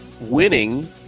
winning